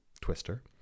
Twister